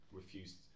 refused